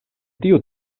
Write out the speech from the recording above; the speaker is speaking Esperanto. tiu